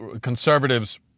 conservatives